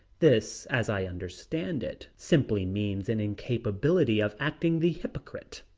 this, as i understand it, simply means an incapability of acting the hypocrite.